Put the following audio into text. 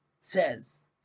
says